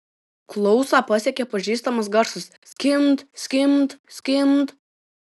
klausą pasiekė pažįstamas garsas skimbt skimbt skimbt